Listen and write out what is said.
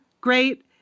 great